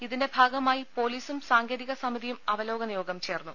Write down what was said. ഇതിന്റെ ഭാഗമായി പൊലീസും സാങ്കേതിക സമിതിയും അവലോകനയോഗം ചേർന്നു